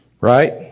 Right